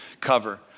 cover